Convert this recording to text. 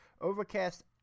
overcast